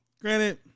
granted